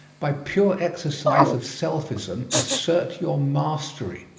by pure exercise of selfism assert your mastery.